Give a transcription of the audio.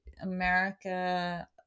America